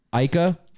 Ika